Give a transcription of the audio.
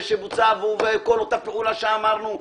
וכל אותה פעולה שאמרנו,